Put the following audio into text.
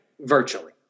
virtually